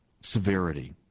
severity